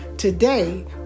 Today